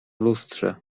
lustrze